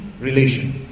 relation